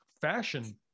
fashion